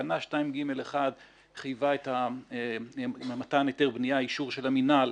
תקנה 2/ג/1 חייבה עם מתן היתר בניה אישור של המינהל